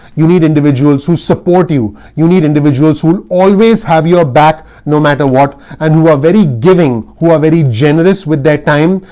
you need individuals who support you. you need individuals who will always have your back no matter what, and who are very giving, who are very generous with their time,